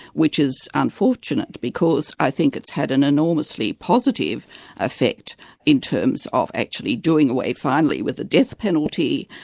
which is unfortunate because i think it's had an enormously positive affect in terms of actually doing away finally with the death penalty,